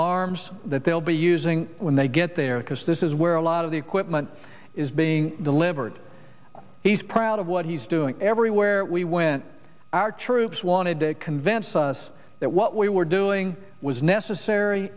arms that they'll be using when they get there because this is where a lot of the equipment is being delivered he's proud of what he's doing everywhere we went our troops wanted to convince us that what we were doing was necessary